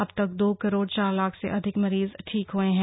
अब तक दो करोड़ चार लाख से अधिक मरीज ठीक हुए हैं